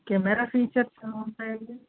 camera features ఎలా ఉంటాయి అండి